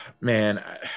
Man